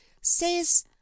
says